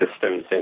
systems